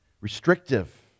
restrictive